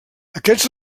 aquests